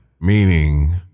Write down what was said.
Meaning